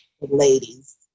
ladies